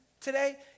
today